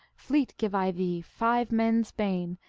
fleet give i thee, five men s bane,